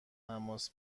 تماس